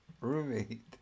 roommate